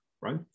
right